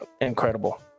incredible